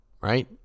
Right